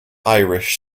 irish